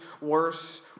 worse